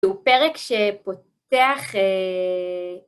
זהו פרק שפותח...